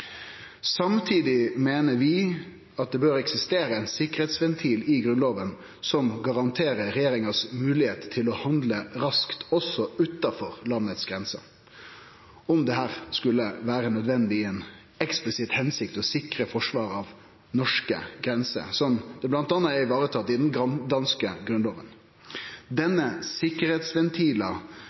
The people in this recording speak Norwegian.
Samtidig meiner vi at det bør eksistere ein sikkerheitsventil i Grunnlova som garanterer at regjeringa har moglegheit til å handle raskt også utanfor landegrensene, om det skulle vere nødvendig i ei eksplisitt hensikt å sikre forsvaret av norske grenser, slik ein bl.a. varetar det i den danske grunnlova. Denne